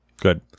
Good